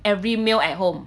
every meal at home